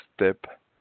step